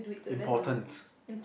important